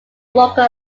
local